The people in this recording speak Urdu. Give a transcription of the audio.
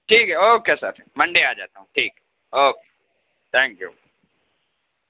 ٹھیک ہے اوکے سر منڈے آجاتا ہوں ٹھیک اوکے تھینک یو